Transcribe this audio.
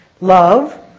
Love